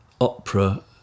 opera